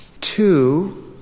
Two